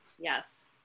Yes